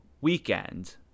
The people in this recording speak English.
weekend